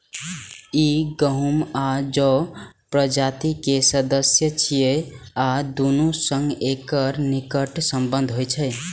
ई गहूम आ जौ प्रजाति के सदस्य छियै आ दुनू सं एकर निकट संबंध होइ छै